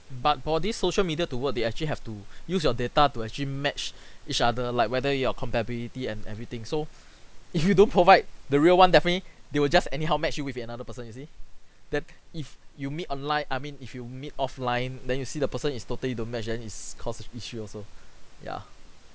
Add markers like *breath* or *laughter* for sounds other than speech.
but for this social media to work they actually have to *breath* use your data to actually match *breath* each other like whether you're compatibility and everything so if you don't provide the real one definitely they will just anyhow match you with another person you see that if you meet online I mean if you meet offline then you see the person is totally don't match then it's causes issue also yeah